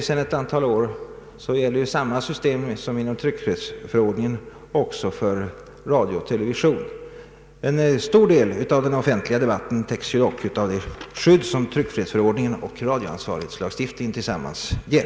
Sedan ett antal år gäller samma system som för det tryckta ordet också för radio och television. En stor del av den offentliga debatten täcks av det skydd som =<tryckfrihetsförordningen och radioansvarighetslagstiftningen tillsammans ger.